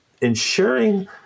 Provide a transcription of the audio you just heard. ensuring